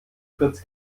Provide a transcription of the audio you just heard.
fritz